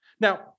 Now